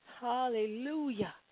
hallelujah